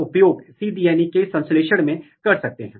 तो इस protein protein interaction के कुछ उदाहरण यहां दिए गए हैं